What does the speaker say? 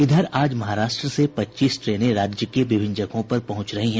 इधर आज महाराष्ट्र से पच्चीस ट्रेनें राज्य के विभिन्न जगहों पर पहुंच रही हैं